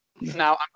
Now